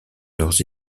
leurs